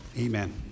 Amen